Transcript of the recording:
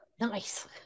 Nice